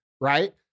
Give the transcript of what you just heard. right